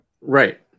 Right